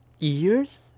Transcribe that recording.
Ears